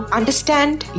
understand